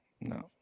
no